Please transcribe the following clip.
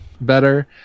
better